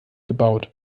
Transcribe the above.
gebaut